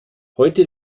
heute